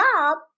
job